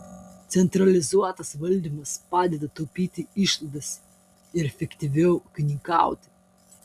centralizuotas valdymas padeda taupyti išlaidas ir efektyviau ūkininkauti